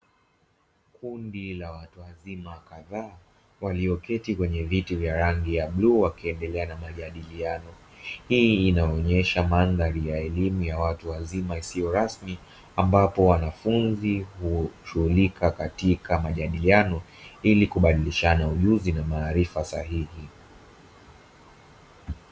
Kundi la watu wazima kadhaa walioketi kwenye viti vya rangi ya bluu, wakiendelea na majadiliano. Hii inaonyesha mandhari ya elimu ya watu wazima isiyo rasmi ambapo wanafunzi hushughulika katika majadiliano ili kubadilishana ujuzi na maarifa sahihi.